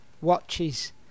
watches